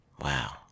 Wow